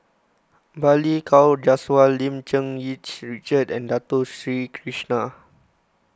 Balli Kaur Jaswal Lim Cherng Yih Richard and Dato Sri Krishna